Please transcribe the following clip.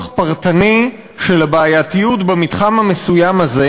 פרטני של הבעייתיות במתחם המסוים הזה,